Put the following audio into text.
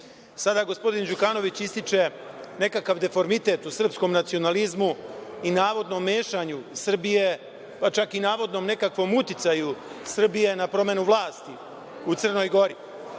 gospodin Đukanović ističe nekakav deformitet u srpskom nacionalizmu i navodnom mešanju Srbije, pa čak i nekom navodnom uticaju Srbije na promenu vlasti u Crnoj Gori.